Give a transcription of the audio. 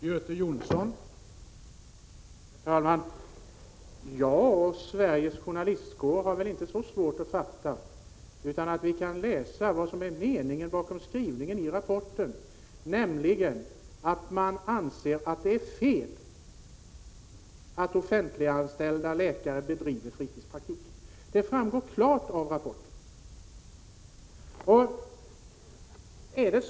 Herr talman! Jag och Sveriges journalistkår har väl inte så svårt att fatta att vi inte kan läsa vad som är meningen bakom skrivningen i rapporten, nämligen att man anser att det är fel att offentliganställda läkare bedriver fritidspraktik. Det framgår klart av rapporten.